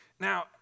Now